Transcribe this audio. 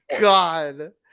God